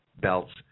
belts